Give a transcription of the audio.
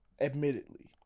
Admittedly